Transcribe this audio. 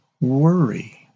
worry